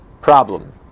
Problem